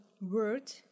word